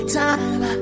time